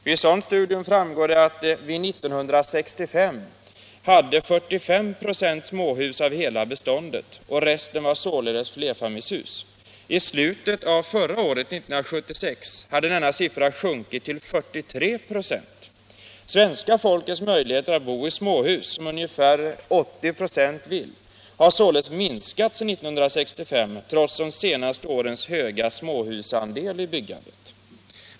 Vid ett sådant studium framgår det att småhusen år 1965 utgjorde 45 26 av hela beståndet, och resten var således flerfamiljshus. I slutet av 1976 hade denna siffra sjunkit till 43 96. Svenska folkets möjligheter att bo i småhus — som ungefär 80 96 vill — har således minskat sedan 1965, trots de senaste årens höga småhusandel i byggandet.